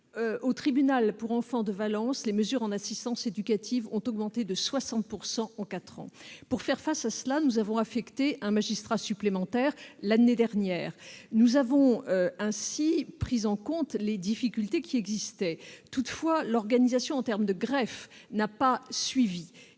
Au tribunal pour enfants de Valence, les mesures d'assistance éducative ont augmenté de 60 % en quatre ans. Pour faire face à cette situation, nous avons affecté un magistrat supplémentaire l'année dernière. Nous avons ainsi pris en compte les difficultés existantes. Toutefois, l'organisation du greffe n'a pas suivi.